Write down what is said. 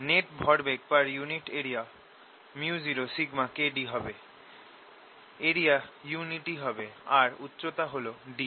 net ভরবেগ content per unit area µ0 σ Kd হবে area unity হবে আর উচ্চতা হল d